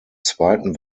zweiten